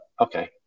Okay